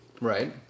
right